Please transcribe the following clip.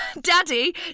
Daddy